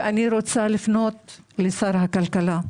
אני רוצה לפנות לשר הכלכלה.